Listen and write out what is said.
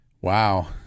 Wow